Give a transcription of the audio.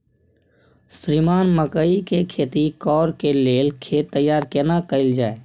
श्रीमान मकई के खेती कॉर के लेल खेत तैयार केना कैल जाए?